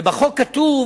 ובחוק כתוב